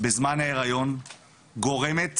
בזמן ההיריון גורמת